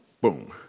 boom